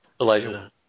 Elijah